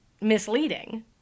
misleading